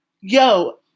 yo